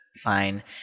Fine